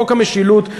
חוק המשילות,